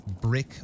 brick